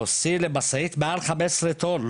או C למשאית מעל 15 טון,